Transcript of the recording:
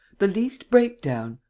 the least breakdown.